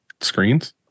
screens